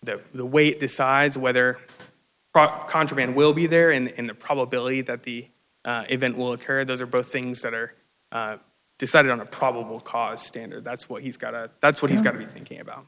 that the weight decides whether contraband will be there and the probability that the event will occur those are both things that are decided on a probable cause standard that's what he's got to that's what he's got to be thinking about